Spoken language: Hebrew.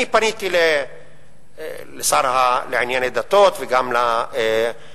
אני פניתי אל השר לענייני דתות וגם לאנשים.